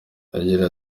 agira